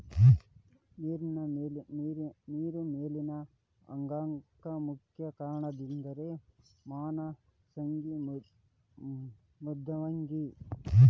ನೇರ ಮಲೇನಾ ಆಗಾಕ ಮುಖ್ಯ ಕಾರಣಂದರ ಮೇನಾ ಸೇಗಿ ಮೃದ್ವಂಗಿ